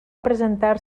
presentar